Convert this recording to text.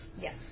Yes